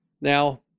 Now